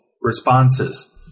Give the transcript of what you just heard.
responses